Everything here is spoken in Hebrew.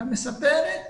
המספרת